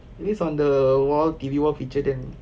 that means on the wall T_V wall feature then